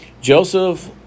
Joseph